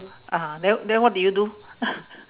ah then then what did you do